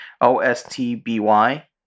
O-S-T-B-Y